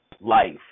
life